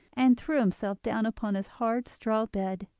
and threw himself down upon his hard straw bed.